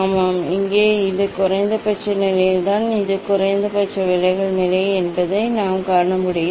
ஆமாம் இங்கே இது குறைந்தபட்ச நிலைதான் இது குறைந்தபட்ச விலகல் நிலை என்பதை நான் காண முடியும்